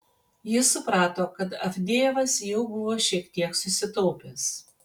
jis suprato kad avdejevas jau buvo šiek tiek susitaupęs